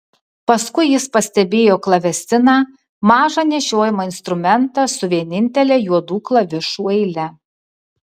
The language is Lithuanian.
paskui jis pastebėjo klavesiną mažą nešiojamą instrumentą su vienintele juodų klavišų eile